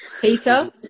Peter